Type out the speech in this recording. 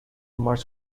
march